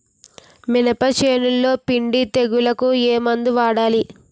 మినప చేనులో పిండి తెగులుకు ఏమందు వాడాలి?